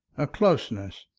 a closeness,